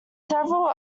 several